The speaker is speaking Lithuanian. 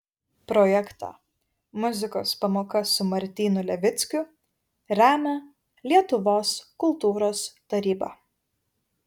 projektą muzikos pamoka su martynu levickiu remia lietuvos kultūros taryba